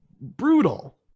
brutal